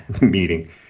meeting